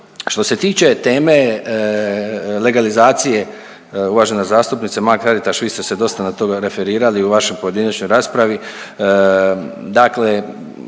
Što se tiče teme legalizacije, uvažena zastupnice Mrak-Taritaš, vi ste se dosta na toga referirali u vašoj pojedinačnoj raspravi,